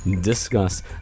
discuss